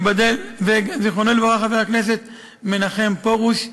וחבר הכנסת מנחם פרוש,